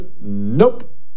Nope